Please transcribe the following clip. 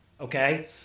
okay